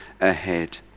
ahead